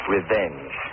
Revenge